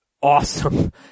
awesome